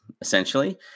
essentially